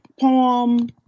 poem